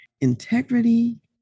integrity